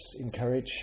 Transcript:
encourage